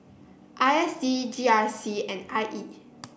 I S D G R C and I E